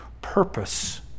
purpose